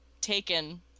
taken